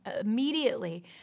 immediately